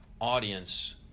audience